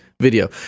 video